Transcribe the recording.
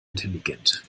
intelligent